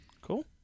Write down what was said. Cool